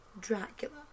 Dracula